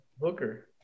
Booker